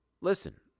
listen